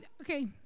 okay